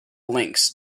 links